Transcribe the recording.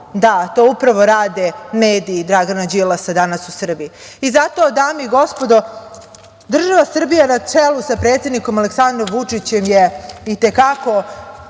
Da, to upravo rade mediji Dragana Đilasa danas u Srbiji. Zato, dame i gospodo, država Srbija na čelu sa predsednikom Aleksandrom Vučićem je i te kako